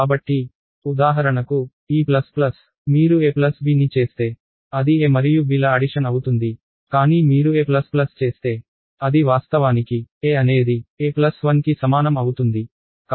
కాబట్టి ఉదాహరణకు ఈ ప్లస్ ప్లస్ మీరు ab ని చేస్తే అది a మరియు b ల అడిషన్ అవుతుంది కానీ మీరు a చేస్తే అది వాస్తవానికి a అనేది a1 కి సమానం అవుతుంది